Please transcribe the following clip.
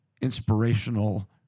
inspirational